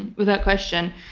without question.